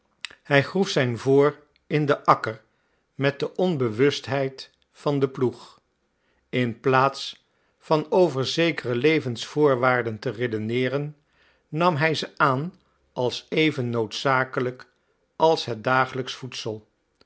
hij groef zijn voor in den akker met de onbewustheid van den ploeg in plaats van over zekere levensvoorwaarden te redeneeren nam hij ze aan als even noodzakelijk als het dagelijksch voedsel